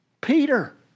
Peter